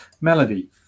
Melody